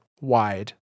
wide